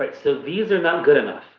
but so these are not good enough.